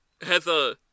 Heather